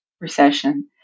recession